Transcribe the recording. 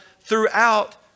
throughout